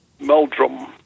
Meldrum